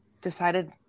decided